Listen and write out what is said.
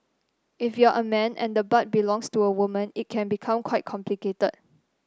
if you're a man and the butt belongs to a woman it can become quite complicated